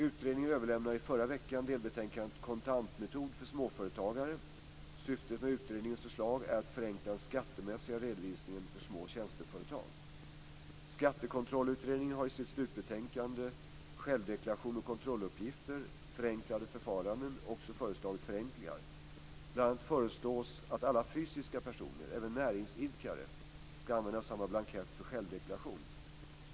Utredningen överlämnade i förra veckan delbetänkandet Syftet med utredningens förslag är att förenkla den skattemässiga redovisningen för små tjänsteföretag. Skattekontrollutredningen har i sitt slutbetänkande Självdeklaration och kontrolluppgifter - förenklade förfaranden också föreslagit förenklingar. Bl.a. föreslås att alla fysiska personer, även näringsidkare, skall använda samma blankett för självdeklaration.